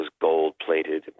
gold-plated